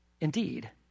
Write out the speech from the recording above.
indeed